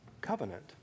covenant